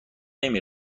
نمی